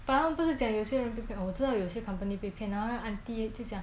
but 他们不是讲有些人被骗我知道有些 company 被骗 lah 然后让 auntie 就讲